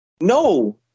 No